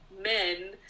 Men